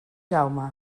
jaume